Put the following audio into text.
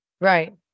Right